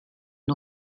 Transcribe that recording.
une